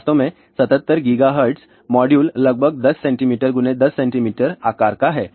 वास्तव में 77 GHz module लगभग 10 सेमी10 सेमी आकार का है